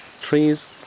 Trees